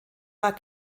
war